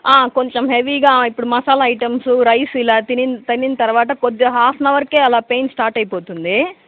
కొంచం హెవీ గా ఇప్పుడు మసాలా ఐటమ్స్ రైస్ ఇలా తినిన తినిన తర్వాత కొద్దిగా హాఫ్ అన్ అవర్ కే అలా పెయిన్ స్టార్ట్ అయిపోతుంది